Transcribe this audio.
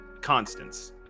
constants